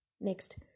Next